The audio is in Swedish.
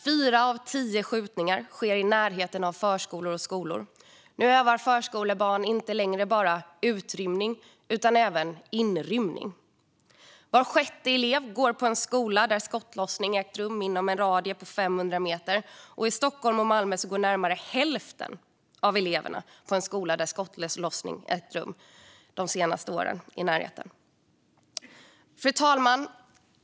Fyra av tio skjutningar sker i närheten av förskolor och skolor. Nu övar förskolebarn inte längre bara utrymning utan även inrymning. Var sjätte elev går på en skola där skottlossning ägt rum inom en radie av 500 meter från skolan. I Stockholm och Malmö går närmare hälften av eleverna på en skola där skottlossning ägt rum i närheten de senaste åren. Fru talman!